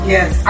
Yes